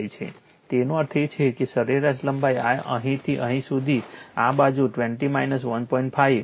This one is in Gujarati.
5 છે તેનો અર્થ એ છે કે સરેરાશ લંબાઈ આ અહીંથી અહીં સુધી આ બાજુ 20 1